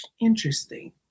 interesting